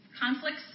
conflicts